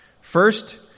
First